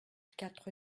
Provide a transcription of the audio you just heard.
quatre